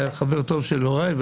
הוא היה חבר טוב של הוריי,